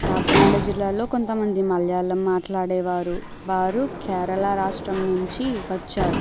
కాకినాడ జిల్లాలో కొంత మంది మలయాళం మాట్లాడేవారు వారు కేరళ రాష్ట్రం నుంచి వచ్చారు